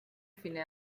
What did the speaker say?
fine